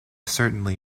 certainly